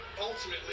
ultimately